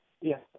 Yes